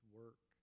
work